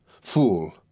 Fool